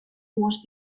dues